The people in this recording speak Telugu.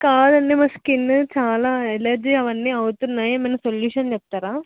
కాదండి మా స్కిన్ చాలా ఎలెర్జీ అవన్నీ అవుతున్నాయి ఏమైనా సొల్యూషన్ చెప్తారా